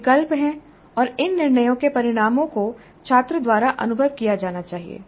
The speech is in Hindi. विकल्प हैं और इन निर्णयों के परिणामों को छात्र द्वारा अनुभव किया जाना चाहिए